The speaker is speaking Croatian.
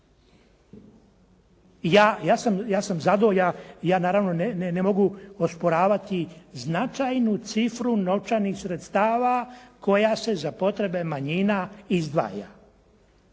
Ja sam zadovoljan, ja naravno ne mogu osporavati značajnu cifru novčanih sredstava koja se za potrebe manjina izdvaja.